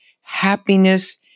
happiness